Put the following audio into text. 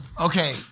okay